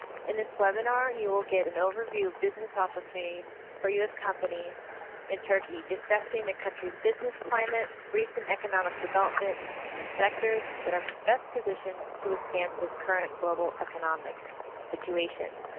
in this webinar you will get an overview of business opportunities for us companies in turkey discussing the countryis business climate, recent economic development and sectors that are best positioned to withstand this current global economic situation.